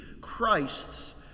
Christ's